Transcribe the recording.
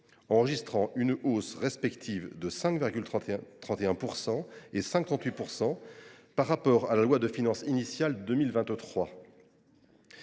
ce qui traduit une hausse respective de 5,31 % et de 5,38 % par rapport à la loi de finances initiale pour